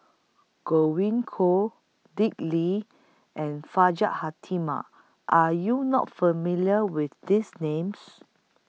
Godwin Koay Dick Lee and Hajjah Fatimah Are YOU not familiar with These Names